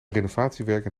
renovatiewerken